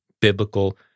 biblical